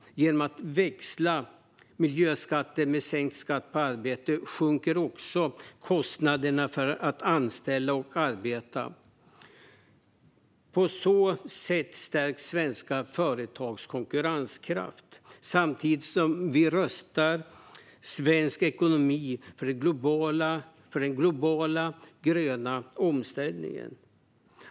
Genom att växla miljöskatter med sänkt skatt på arbete sjunker också kostnaderna för att anställa och arbeta. På så sätt stärks svenska företags konkurrenskraft samtidigt som vi rustar svensk ekonomi för den globala gröna omställningen.